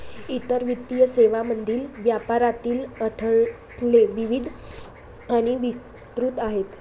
इतर वित्तीय सेवांमधील व्यापारातील अडथळे विविध आणि विस्तृत आहेत